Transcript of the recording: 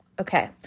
Okay